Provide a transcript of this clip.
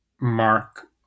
mark